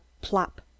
plop